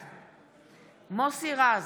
בעד מוסי רז,